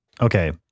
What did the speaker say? okay